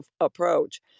approach